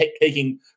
taking